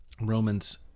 Romans